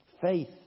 Faith